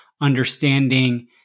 understanding